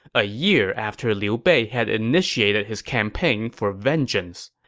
a year after liu bei had initiated his campaign for vengeance.